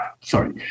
sorry